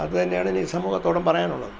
അത് തന്നെയാണ് എനിക്ക് സമൂഹത്തോടും പറയാനുള്ളത്